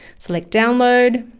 select download.